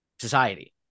society